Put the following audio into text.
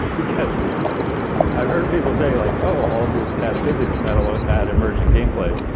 because i've heard people say, like, oh, i'll just add physics and that'll ah add emerging gameplay.